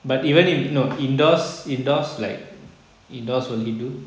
but even if no indoors indoors like indoors will he do